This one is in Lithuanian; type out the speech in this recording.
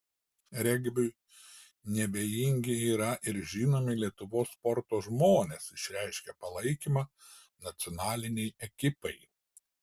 regbiui neabejingi yra ir žinomi lietuvos sporto žmonės išreiškę palaikymą nacionalinei ekipai